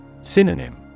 Synonym